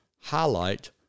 Highlight